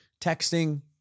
texting